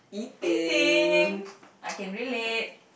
eating I can relate